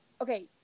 okay